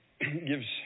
gives